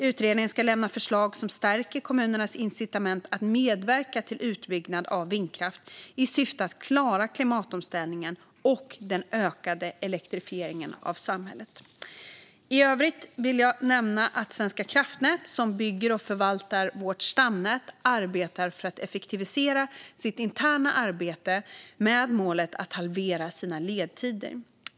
Utredningen ska lämna förslag som stärker kommunernas incitament att medverka till utbyggnad av vindkraft i syfte att klara klimatomställningen och den ökade elektrifieringen av samhället. I övrigt kan jag nämna att Svenska kraftnät, som bygger och förvaltar vårt stamnät, arbetar för att effektivisera sitt interna arbete med målet att halvera sina ledtider.